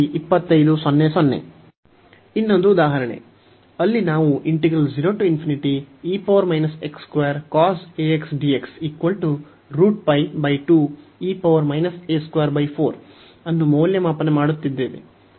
ಇನ್ನೊಂದು ಉದಾಹರಣೆ ಅಲ್ಲಿ ನಾವು ಅನ್ನು ಮೌಲ್ಯಮಾಪನ ಮಾಡುತ್ತಿದ್ದೇವೆ